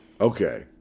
Okay